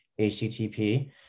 http